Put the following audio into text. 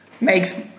makes